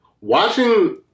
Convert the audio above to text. watching